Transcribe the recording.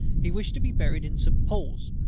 he wished to be buried in saint paul's,